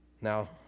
Now